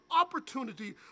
opportunity